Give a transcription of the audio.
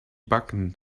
backen